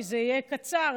זה יהיה קצר,